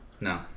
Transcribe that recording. No